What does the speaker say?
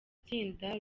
tsinda